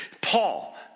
Paul